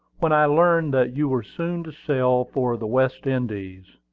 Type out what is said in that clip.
when i learned that you were soon to sail for the west indies,